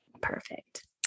Perfect